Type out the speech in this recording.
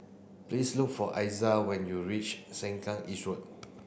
please look for Iza when you reach Sengkang East Road